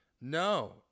No